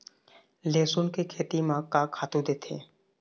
लेसुन के खेती म का खातू देथे?